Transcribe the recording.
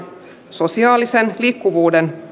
sosiaalisen liikkuvuuden